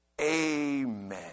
Amen